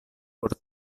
por